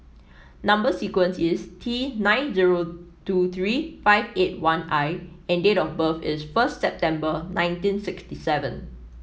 number sequence is T nine zero two three five eight one I and date of birth is first September nineteen sixty seven